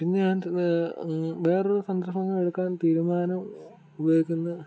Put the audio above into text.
പിന്നെ ഞാൻ വേറെ ഒരു സന്ദർഭം എടുക്കാൻ തീരുമാനം ഉപയോഗിക്കുന്നത്